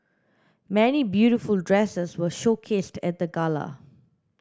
many beautiful dresses were showcased at the gala